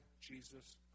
Jesus